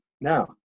now